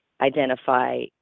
identify